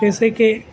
جیسے کہ